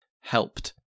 helped